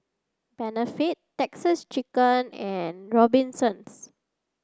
Benefit Texas Chicken and Robinsons